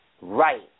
right